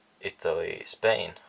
Italy-Spain